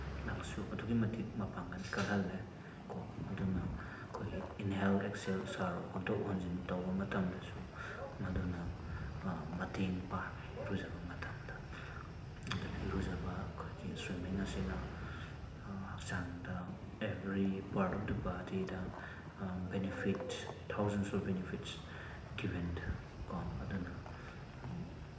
ꯂꯪꯁꯁꯨ ꯑꯗꯨꯛꯀꯤ ꯃꯇꯤꯛ ꯃꯄꯥꯡꯒꯜ ꯀꯜꯍꯜꯂꯦ ꯀꯣ ꯑꯗꯨꯅ ꯑꯩꯈꯣꯏꯒꯤ ꯏꯟꯍꯦꯜ ꯑꯦꯛꯁꯦꯜ ꯁꯣꯔ ꯍꯣꯟꯗꯣꯛ ꯍꯣꯟꯖꯤꯟ ꯇꯧꯕ ꯃꯇꯝꯗꯁꯨ ꯃꯗꯨꯅ ꯃꯇꯦꯡ ꯄꯥꯡꯉꯦ ꯏꯔꯨꯖꯕ ꯃꯇꯝꯗ ꯑꯗꯨꯅ ꯏꯔꯨꯖꯕ ꯑꯩꯈꯣꯏꯒꯤ ꯁ꯭ꯋꯤꯃꯤꯡ ꯑꯁꯤꯅ ꯍꯛꯆꯥꯡꯗ ꯑꯦꯕ꯭ꯔꯤ ꯄꯥꯔꯠ ꯑꯣꯐ ꯗ ꯕꯣꯗꯤꯗ ꯕꯤꯅꯤꯐꯤꯠ ꯊꯥꯎꯖꯟꯁ ꯑꯣꯐ ꯕꯤꯅꯤꯐꯤꯠꯁ ꯒꯤꯕꯟ ꯀꯣ ꯑꯗꯨꯅ